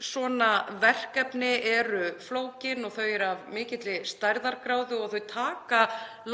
svona verkefni flókin og þau eru af mikilli stærðargráðu og þau taka